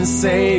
say